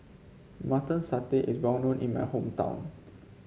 Mutton Satay is well known in my hometown